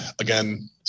again